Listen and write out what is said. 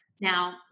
Now